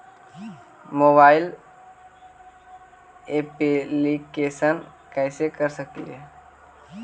Mobile application कैसे कर सकेली?